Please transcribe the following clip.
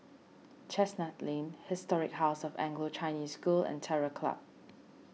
Chestnut Lane Historic House of Anglo Chinese School and Terror Club